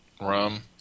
rum